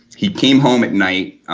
he came home at night,